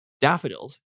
daffodils